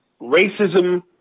racism